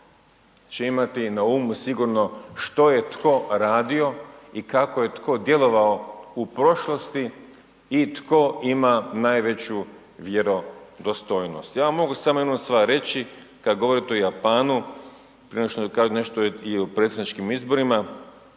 će imati na umu sigurno što je ko radio i kako je tko djelovao u prošlosti i tko ima najveću vjerodostojnost. Ja vam mogu samo jednu stvar reći kada govorite o Japanu prije nego što da kažem nešto i o predsjedničkim izborima,